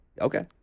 okay